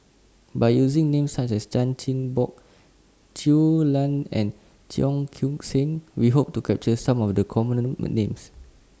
By using Names such as Chan Chin Bock Shui Lan and Cheong Koon Seng We Hope to capture Some of The Common Names